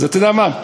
אז אתה יודע מה?